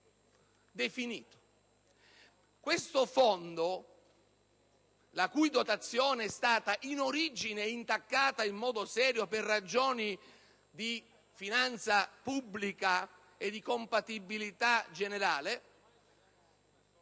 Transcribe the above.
questo Fondo, la cui dotazione in origine è stata intaccata in modo serio per ragioni di finanza pubblica e di compatibilità generale.